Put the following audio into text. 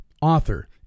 author